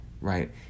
right